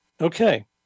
Okay